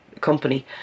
company